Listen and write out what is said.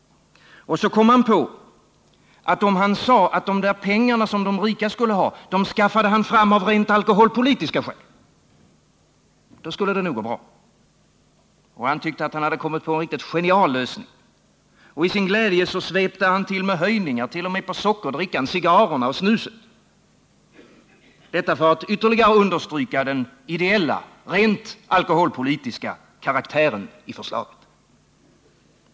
Och så kom han på, att om han sa att dom där pengarna som de rika skulle ha, dom skaffade han fram av rent alkoholpolitiska skäl — då skulle det nog gå bra. Han tyckte att han hade kommit på en riktigt genial lösning. I sin glädje så svepte han till med höjningar t.o.m. på sockerdrickan, cigarrerna och snuset — detta för att ytterligare understryka den ideella, rent alkoholpolitiska karaktären i förslaget.